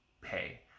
pay